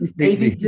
david,